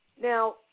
Now